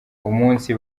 umunsi